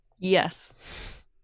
yes